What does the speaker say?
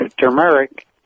turmeric